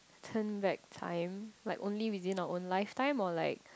turn back time like only within our own lifetime or like